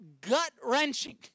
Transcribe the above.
gut-wrenching